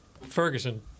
Ferguson